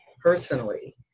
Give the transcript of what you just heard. personally